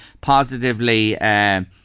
positively